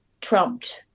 trumped